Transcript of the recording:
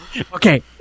okay